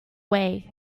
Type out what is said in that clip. way